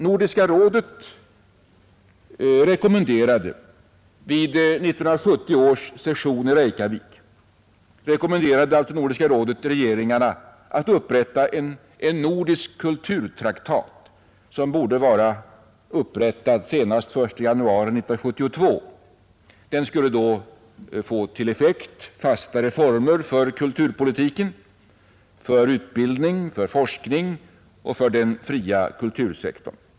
Nordiska rådet rekommenderade vid 1970 års session i Reykjavik regeringarna att upprätta en nordisk kulturtraktat, som borde vara färdig senast den 1 januari 1972. Den skulle få till effekt fastare former för kulturpolitiken, för utbildning, för forskning och för den fria kultursektorn.